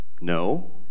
No